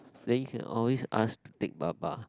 then you can always ask to take baba